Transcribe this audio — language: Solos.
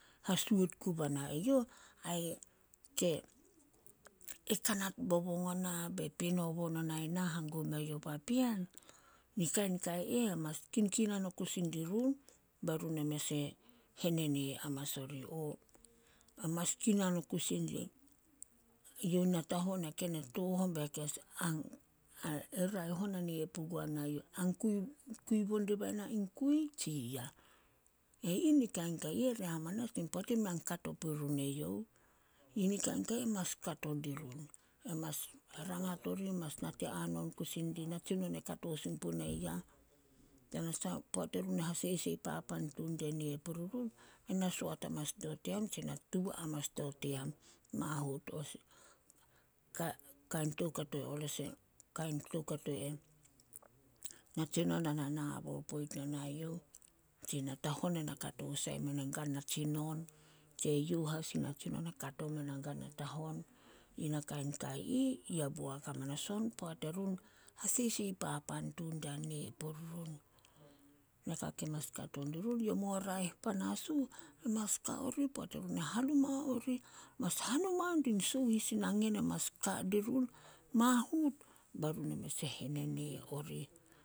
﻿Hasuot guba na eyouh tse a kanat bobong ona be peno bo nonai na hangum meyo papean. Ni kain kai eh mas kinkinan o kusi dirun, bairun e mes e henene manas orih. E mas kinan o kusi dih, eyouh natahon e ken e tooh on, e raeh on nee puguana eyouh an kui- kui bo dibae na in kui tsi ya. E ih ni kain kai ih, re amanas mei a kato purun eyouh. Yi ni kain ka mas kato dirun. E mas rangat orih, mas nate hanon kusi di natsinon e kato sin punai yah. Tanasah poat erun e hasesei papan tun die nee puri run, e na soat amanas diao team tse na tuba amanas diao team mahut. Kain toukato eh, natsinon a na nabo poit no nai youh, tsi natahon ana kato sai me nai kana tsinon tse youh as in natsinon ana kato mena gana tahon. Yi ni kain kai ih, ye boak hamanas on poat erun hasesei papan tun dia nee purun. Naka ke mas kato dirun, yo mo raeh panas uh, mas ka orih poat erun e hanuma orih mas hanuma dih sohis in nangen e mas ka dirun, mahut bai run e mes e henene orih.